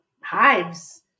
hives